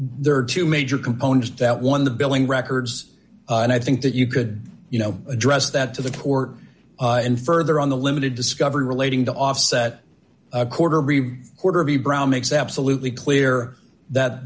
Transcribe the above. there are two major components that one of the billing records and i think that you could you know address that to the court and further on the limited discovery relating to offset a quarter of a quarter of the brown makes absolutely clear that